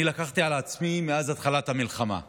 אני לקחתי על עצמי מאז התחלת המלחמה,